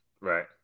right